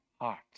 heart